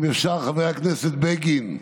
אם אפשר, חבר הכנסת בגין.